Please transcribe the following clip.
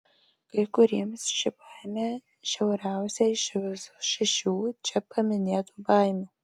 kai kuriems ši baimė žiauriausia iš visų šešių čia paminėtų baimių